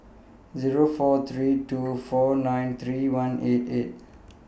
Zero four three two four nine three one eight eight